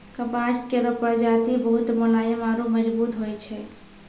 कपास केरो प्रजाति बहुत मुलायम आरु मजबूत होय छै